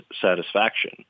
satisfaction